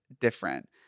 different